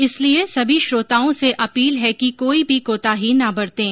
इसलिए सभी श्रोताओं से अपील है कि कोई भी कोताही न बरतें